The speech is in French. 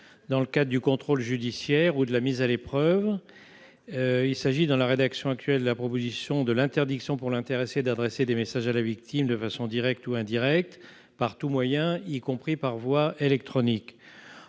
dans le cadre du contrôle judiciaire ou de la mise à l'épreuve. Il s'agit, dans la rédaction actuelle de la proposition de loi, de l'interdiction pour l'intéressé d'adresser des messages à la victime, de manière directe ou indirecte, par tout moyen, y compris par voie électronique.